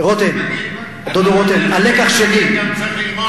אדוני, אדון רותם, גם צריך ללמוד.